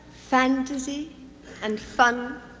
fantasy and fun